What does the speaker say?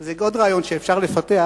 זה עוד רעיון שאפשר לפתח,